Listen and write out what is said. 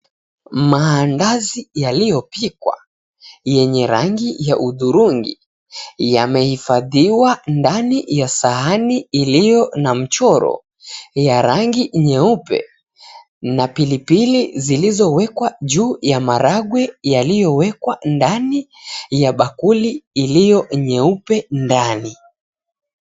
Maandazi yaliyopikwa yenye rangi ya hudhurungi yamehifadhiwa ndani ya sahani ilio na mchoro ya rangi nyeupe na pilipili zilizowekwa juu ya maharagwe yaliyowekwa ndani ya bakuli ilio nyeupe ndani.